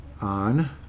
on